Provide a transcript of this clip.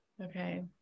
Okay